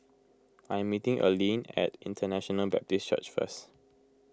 I am meeting Alene at International Baptist Church first